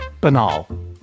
banal